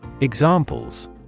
Examples